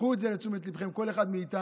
קחו את זה לתשומת ליבכם, כל אחד מאיתנו.